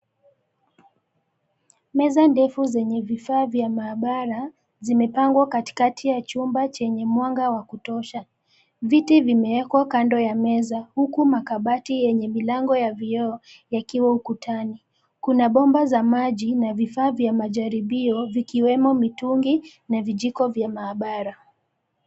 Meza ndefu zenye vifaa vya maabara, zimepangwa katikati ya chumba chenye mwanga wa kutosha. Viti vimewekwa kando ya meza, huku ni milango ya vioo, yakiwa ukutani. Kuna bomba za maji na vifaa vya majaribio, vikiwemo mitungi, na vijiko vya maabara.